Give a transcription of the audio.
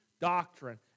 doctrine